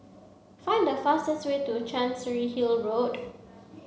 find the fastest way to Chancery Hill Road